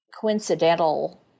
coincidental